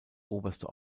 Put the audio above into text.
oberste